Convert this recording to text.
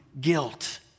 guilt